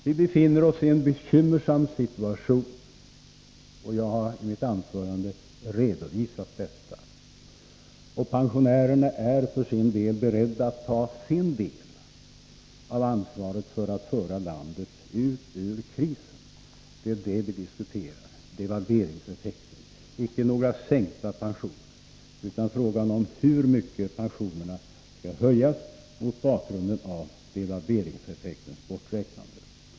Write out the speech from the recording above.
Vi befinner oss i en bekymmersam situation, och jag har i mitt anförande redovisat det. Pensionärerna är beredda att ta sin del av ansvaret för att föra landet ut ur krisen. Det är det vi diskuterar. Vi diskuterar devalveringseffekten — icke några sänkta pensioner, utan frågan om hur mycket pensionerna skall höjas mot bakgrund av devalveringseffektens borträknande.